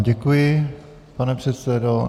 Děkuji vám, pane předsedo.